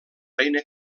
reina